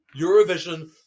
Eurovision